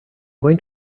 going